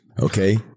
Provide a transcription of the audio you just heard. okay